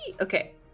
Okay